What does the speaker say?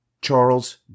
Charles